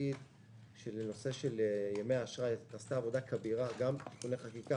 בנושא ימי אשראי נעשתה עבודה כבירה גם בחקיקה